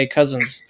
Cousins